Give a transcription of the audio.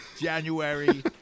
January